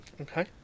Okay